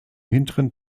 hinteren